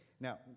now